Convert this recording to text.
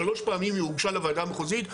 שלוש פעמים היא הוגשה לוועדה המחוזית,